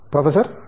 professor R